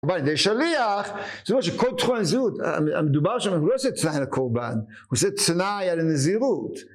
בא לידי שליח זה אומר שכל תוכן נזירות המדובר שלנו הוא לא עושה תנאי על הקרבן הוא עושה תנאי על הנזירות